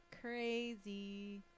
Crazy